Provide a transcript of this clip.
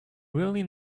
really